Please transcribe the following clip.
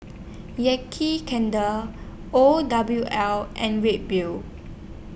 Yankee Candle O W L and Red Bull